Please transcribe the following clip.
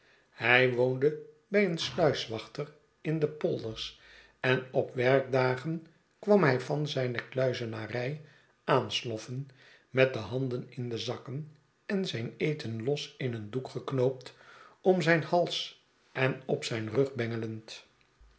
hij woonde bij een sluiswachter in de polders en op werkdagen kwam hij van zijne kluizenarij aansloffen met de handen in de zakken en zijn eten los in een doek geknoopt om zijn hals en op zijn rug bengelend